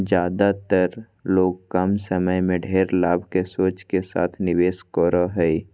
ज्यादेतर लोग कम समय में ढेर लाभ के सोच के साथ निवेश करो हइ